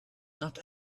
not